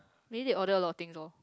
maybe they order a lot of things lor